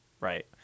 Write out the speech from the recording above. right